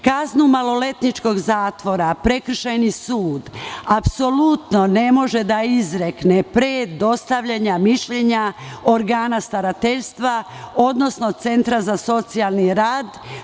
Kaznu maloletničkog zatvora prekršajni sud apsolutno ne može da izrekne pre dostavljanja mišljenja organa starateljstva, odnosno centra za socijalni rad.